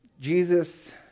Jesus